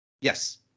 Yes